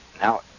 Now